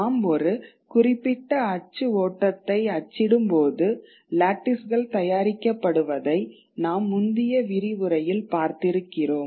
நாம் ஒரு குறிப்பிட்ட அச்சு ஓட்டத்தை அச்சிடும்போது லேட்டிஸ்கள் தயாரிக்கப்படுவதை நாம் முந்திய விரிவுரையில் பார்த்திருக்கிறோம்